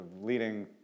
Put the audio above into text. leading